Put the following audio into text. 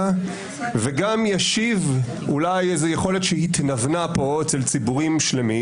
וגם ישיב אולי איזו יכולת שהתנוונה פה אצל ציבורים שלמים,